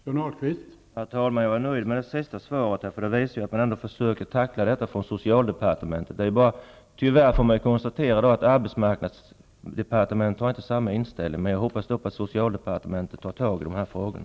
Herr talman! Jag är nöjd med det senaste svaret. Det visar att man från socialdepartementets sida ändå försöker tackla frågan. Tyvärr får man konstatera att arbetsmarknadsdepartementet inte har samma inställning. Jag hoppas att socialdepartementet tar itu med frågan.